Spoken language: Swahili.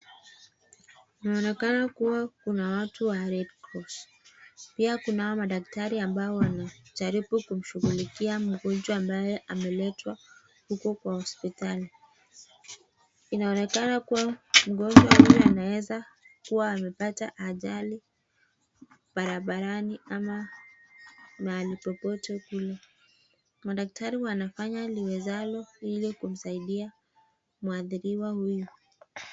Inaonekana kua kuna watu wa [redcross]. Pia kunao madaktari ambao wanajaribu kumshughulikia mgonjwa ambaye ameletwa huku kwa hosipitali. Inaonekana kua mgonjwa huyu anaweza kua amepata ajali barabarani ama mahali popote kule. Madaktari wanafanya waliwezalo ili kumsaidia mwathiriwa huyu.